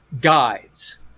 guides